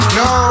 no